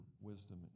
wisdom